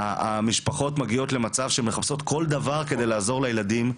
המשפחות מגיעות למצב שהן מחפשות כל דבר כדי לעזור לילדים,